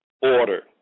order